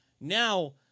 Now